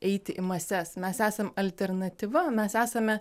eiti į mases mes esam alternatyva mes esame